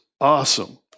awesome